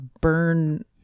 burn